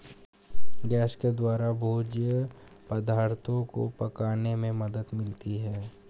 gas के द्वारा भोज्य पदार्थो को पकाने में मदद मिलती है